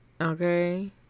okay